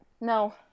no